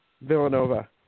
Villanova